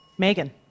Megan